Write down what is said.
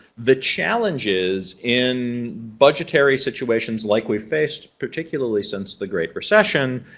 the challenges in budgetary situations like we've faced, particularly since the great recession,